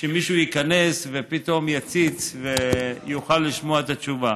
שמישהו ייכנס ופתאום יציץ ויוכל לשמוע את התשובה.